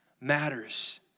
matters